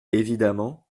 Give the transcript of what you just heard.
évidemment